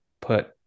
put